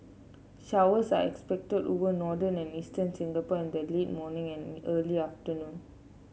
showers are expected over northern and eastern Singapore in the late morning and early afternoon